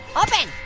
open,